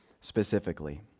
specifically